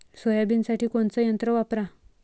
सोयाबीनसाठी कोनचं यंत्र वापरा?